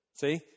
See